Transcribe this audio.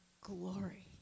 glory